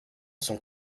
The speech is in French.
sont